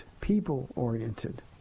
people-oriented